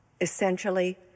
essentially